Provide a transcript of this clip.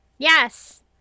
Yes